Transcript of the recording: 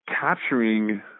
capturing